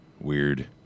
Weird